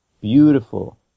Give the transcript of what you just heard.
beautiful